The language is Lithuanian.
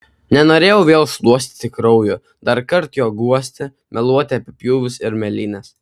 nenorėjau vėl šluostyti kraujo darkart jo guosti meluoti apie pjūvius ir mėlynes